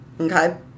Okay